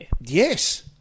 Yes